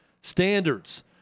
standards